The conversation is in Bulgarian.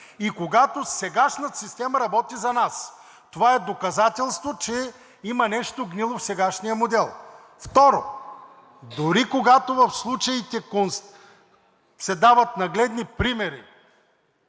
и когато сегашната система работи за нас. Това е доказателство, че има нещо гнило в сегашния модел. Второ, дори когато се дават нагледни примери